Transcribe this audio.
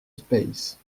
space